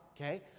okay